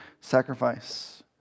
sacrifice